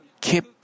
keep